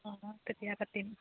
অঁ তেতিয়া পাতিম